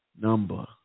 number